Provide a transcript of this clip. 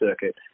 circuit